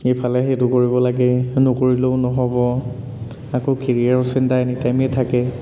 এইফালে সেইটো কৰিব লাগে নকৰিলেও নহ'ব আকৌ কেৰিয়াৰৰ চিন্তা এনি টাইমেই থাকে